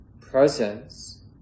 presence